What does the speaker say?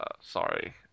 Sorry